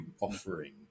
offering